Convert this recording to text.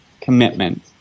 commitment